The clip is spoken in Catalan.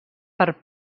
per